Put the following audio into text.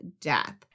death